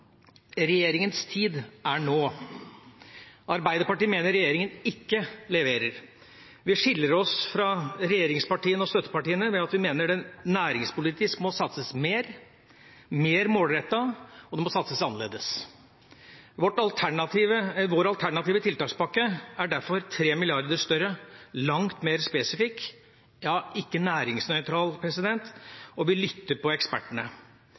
Regjeringens tid er nå. Arbeiderpartiet mener at regjeringen ikke leverer. Vi skiller oss fra regjeringspartiene og støttepartiene ved at vi mener at det næringspolitisk må satses mer, mer målrettet, og det må satses annerledes. Vår alternative tiltakspakke er derfor 3 mrd. kr større, langt mer spesifikk og ikke næringsnøytral, og vi lytter til ekspertene.